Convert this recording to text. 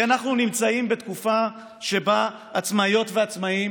כי אנחנו נמצאים בתקופה שבה עצמאיות ועצמאים